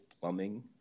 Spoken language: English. plumbing